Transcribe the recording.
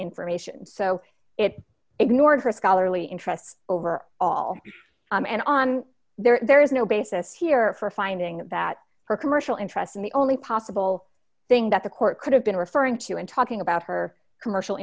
information so it ignored her scholarly interests over all and on there is no basis here for finding that for commercial interest in the only possible thing that the court could have been referring to when talking about her commercial